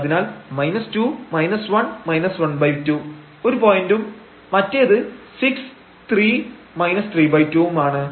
അതിനാൽ 2 1 12 ഒരു പോയന്റും മറ്റേത് 63 32ഉം ആണ്